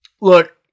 Look